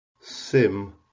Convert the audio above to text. Sim